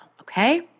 okay